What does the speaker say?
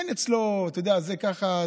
אין אצלו: זה כך,